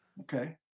Okay